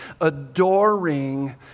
adoring